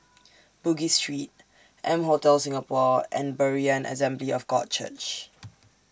Bugis Street M Hotel Singapore and Berean Assembly of God Church